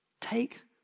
Take